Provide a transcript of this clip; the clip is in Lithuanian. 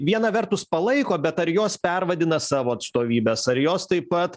viena vertus palaiko bet ar jos pervadina savo atstovybes ar jos taip pat